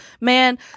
man